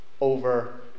over